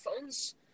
phones